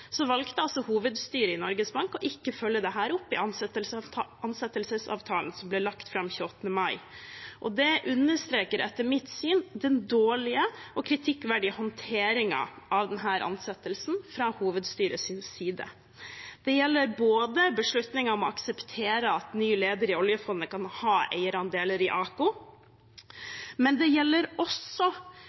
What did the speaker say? valgte altså hovedstyret i Norges Bank ikke å følge dette opp i ansettelsesavtalen som ble lagt fram 28. mai. Det understreker etter mitt syn den dårlige og kritikkverdige håndteringen av denne ansettelsen fra hovedstyrets side. Det gjelder beslutningen om å akseptere at den nye lederen i oljefondet kan ha eierandeler i AKO, men det gjelder også